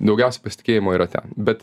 daugiausiai pasitikėjimo yra ten bet